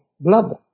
blood